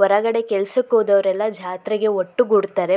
ಹೊರಗಡೆ ಕೆಲಸಕ್ಕೆ ಹೋದೋರೆಲ್ಲ ಜಾತ್ರೆಗೆ ಒಟ್ಟುಗೂಡ್ತಾರೆ